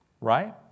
Right